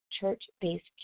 church-based